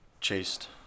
chased